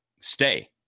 stay